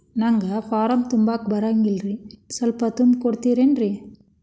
ನಂಗ ಫಾರಂ ತುಂಬಾಕ ಬರಂಗಿಲ್ರಿ ಸ್ವಲ್ಪ ತುಂಬಿ ಕೊಡ್ತಿರೇನ್ರಿ?